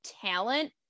talent